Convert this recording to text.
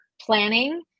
planning